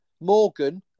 Morgan